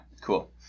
Cool